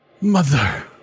mother